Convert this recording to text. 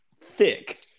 Thick